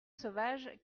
sauvage